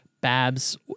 Babs